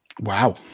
wow